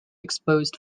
exposed